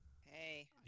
Hey